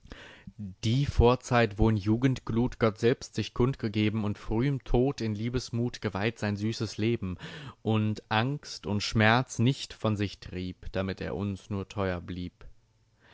die vorzeit wo in jugendglut gott selbst sich kundgegeben und frühem tod in liebesmut geweiht sein süßes leben und angst und schmerz nicht von sich trieb damit er uns nur teuer blieb